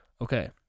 Okay